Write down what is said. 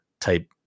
type